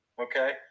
Okay